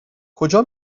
کجا